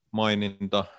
maininta